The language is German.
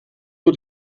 nur